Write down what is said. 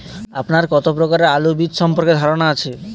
আপনার কত প্রকারের আলু বীজ সম্পর্কে ধারনা আছে?